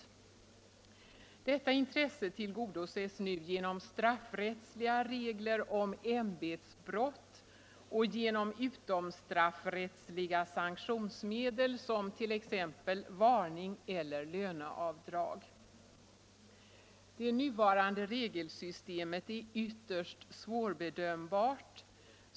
Detta intresse 28 maj 1975 tillgodoses nu genom straffrättsliga regler om ämbetsbrott och genom kr Rönn utomstraffsrättsliga sanktionsmedel som t.ex. varning eller löneavdrag. — Ansvar för funktio Det nuvarande regelsystemet är ytterst svårbedömbart.